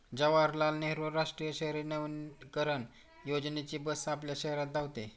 जवाहरलाल नेहरू राष्ट्रीय शहरी नवीकरण योजनेची बस आपल्या शहरात धावते